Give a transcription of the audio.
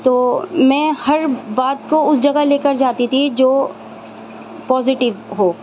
تو میں ہر بات کو اس جگہ لے کر جاتی تھی جو پوزیٹیو ہو